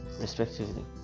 respectively